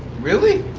really?